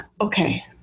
Okay